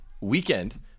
weekend